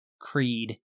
Creed